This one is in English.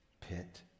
pit